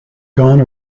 gone